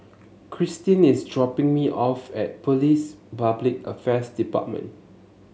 Krysten is dropping me off at Police Public Affairs Department